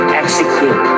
execute